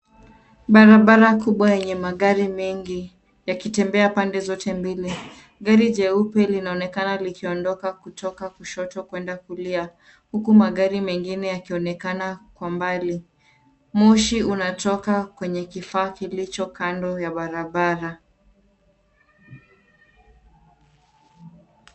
Barabara kubwa yenye magari mengi yakitembea pande zote mbili. Gari jeupe linaonekana likiondoka kutoka kushoto kwenda kulia huku magari mengine yakionekana kwa mbali. Moshi unatoka kwenye kifaa kilicho kando ya barabara.